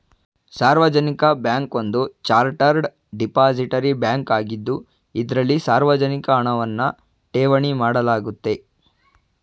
ಸಾರ್ವಜನಿಕ ಬ್ಯಾಂಕ್ ಒಂದು chartered depository bank ಆಗಿದ್ದು ಇದ್ರಲ್ಲಿ ಸಾರ್ವಜನಿಕ ಹಣವನ್ನ ಠೇವಣಿ ಮಾಡಲಾಗುತ್ತೆ